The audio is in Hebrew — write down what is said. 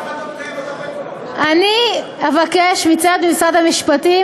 יש המון חוקים